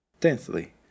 Tenthly